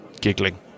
giggling